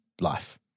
life